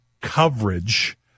coverage